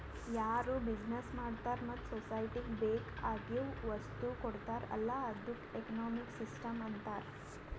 ಯಾರು ಬಿಸಿನೆಸ್ ಮಾಡ್ತಾರ ಮತ್ತ ಸೊಸೈಟಿಗ ಬೇಕ್ ಆಗಿವ್ ವಸ್ತು ಕೊಡ್ತಾರ್ ಅಲ್ಲಾ ಅದ್ದುಕ ಎಕನಾಮಿಕ್ ಸಿಸ್ಟಂ ಅಂತಾರ್